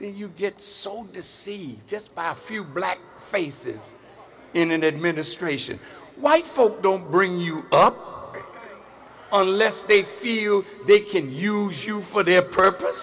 you get sold to see just by a few black faces in an administration white folks don't bring you up unless they feel they can use you for their purpose